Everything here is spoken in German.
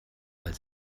weil